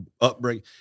upbringing